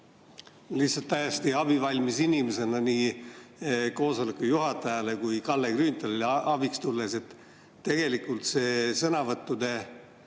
lihtsalt abivalmis inimesena nii koosoleku juhatajale kui ka Kalle Grünthalile abiks tulles, et tegelikult sõnavõttude